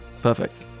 perfect